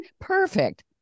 perfect